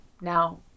now